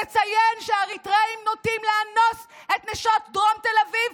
לציין שאריתריאים נוטים לאנוס את נשות דרום תל אביב,